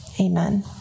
amen